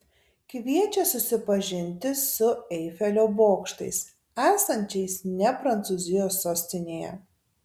kviečia susipažinti su eifelio bokštais esančiais ne prancūzijos sostinėje